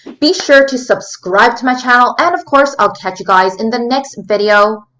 be sure to subscribe to my channel and of course, i'll catch you guys in the next video.